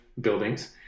buildings